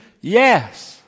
Yes